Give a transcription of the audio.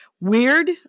weird